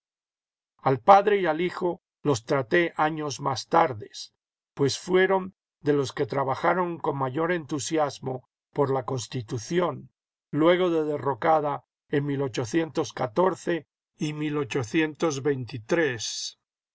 al padre y al hijo los traté años más tarde pues fueron de los que trabajaron con mayor entusiasmo por la constitución luego de derrocada en y